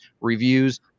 reviews